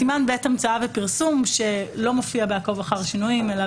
סימן בעת המצאה ופרסום שלא מופיע בעקוב אחר השינויים אלא